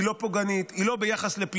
היא לא פוגענית והיא לא ביחס לפלילי.